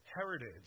heritage